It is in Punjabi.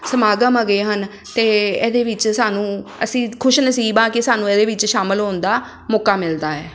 ਸਮਾਗਮ ਹੈਗੇ ਹਨ ਅਤੇ ਇਹਦੇ ਵਿੱਚ ਸਾਨੂੰ ਅਸੀਂ ਖੁਸ਼ਨਸੀਬ ਹਾਂ ਕਿ ਸਾਨੂੰ ਇਹਦੇ ਵਿੱਚ ਸ਼ਾਮਿਲ ਹੋਣ ਦਾ ਮੌਕਾ ਮਿਲਦਾ ਹੈ